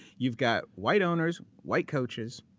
you've got white owners, white coaches,